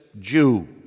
Jew